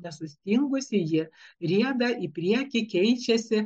nesustingusi ji rieda į priekį keičiasi